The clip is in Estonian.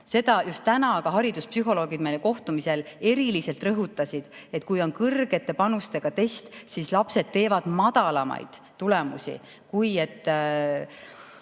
Seda just täna ka hariduspsühholoogid meile kohtumisel eriliselt rõhutasid, et kui on kõrgete panustega test, siis lapsed saavad madalamaid tulemusi kui siis,